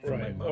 Right